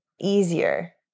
easier